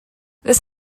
this